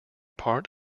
part